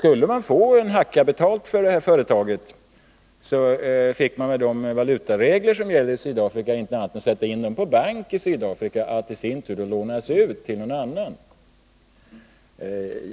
Även om man finge en hacka som betalning för företaget, kunde man med de valutaregler som gäller i Sydafrika inte annat än sätta in pengarna på bank i Sydafrika, för att de i sin tur skulle kunna lånas ut till någon annan.